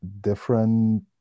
different